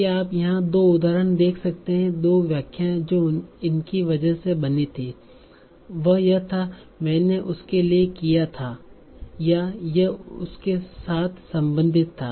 क्या आप यहां दो उदाहरण देख सकते हैं दो व्याख्याएं जो इनकी वजह से बनी थीं यह वह था जो मैंने उसके लिए किया था या यह उसके साथ संबंधित था